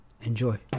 Enjoy